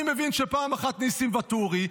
אני מבין שפעם אחת נסים ואטורי,